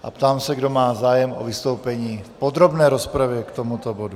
Ptám se, kdo má zájem o vystoupení v podrobné rozpravě k tomuto bodu.